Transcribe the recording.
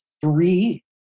three